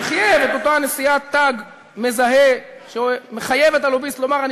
שחייב את אותה נשיאת תג מזהה שמחייב את הלוביסט לומר: אני